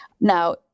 Now